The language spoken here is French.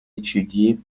étudié